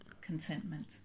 contentment